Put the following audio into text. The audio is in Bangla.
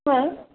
হ্যাঁ